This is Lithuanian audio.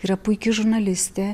yra puiki žurnalistė